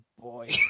boy